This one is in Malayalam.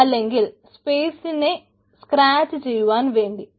അല്ലെങ്കിൽ സ്പെയിസിനെ സ്ക്രാച്ച് ചെയ്യുവാൻ വേണ്ടി